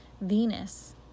Venus